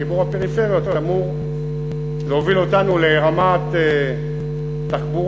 וחיבור הפריפריות אמור להוביל אותנו לרמת תחבורה,